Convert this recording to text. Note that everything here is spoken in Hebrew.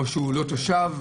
או הוא לא תושב?